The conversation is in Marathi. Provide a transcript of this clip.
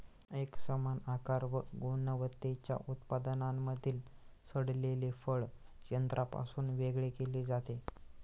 एकसमान आकार व गुणवत्तेच्या उत्पादनांमधील सडलेले फळ यंत्रापासून वेगळे केले जाते